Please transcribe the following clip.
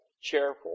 cheerful